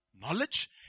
knowledge